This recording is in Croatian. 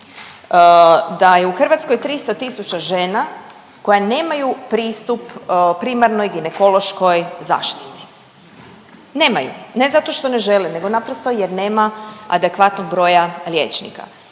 da je u Hrvatskoj 300 tisuća žena koje nemaju pristup primarnoj ginekološkoj zaštiti. Nemaju, ne zato što ne žele nego naprosto jer nema adekvatnog broja liječnika.